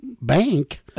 bank